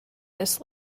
this